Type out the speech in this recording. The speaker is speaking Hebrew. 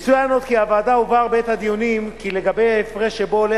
יצוין עוד כי לוועדה הובהר בעת הדיונים כי לגבי ההפרש שבו עולה